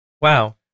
Wow